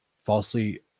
falsely